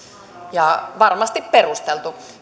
ja varmasti perusteltu